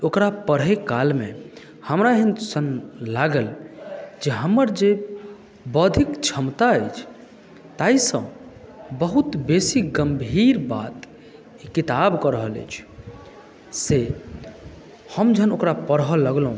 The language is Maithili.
ओकरा पढ़ै कालमे हमरा एहन सन लागल जे हमर जे बौद्धिक क्षमता अछि ताहि सँ बहुत बेसी गम्भीर बात ई किताब कऽ रहल अछि से हम जहन ओकरा पढ़ऽ लगलहुँ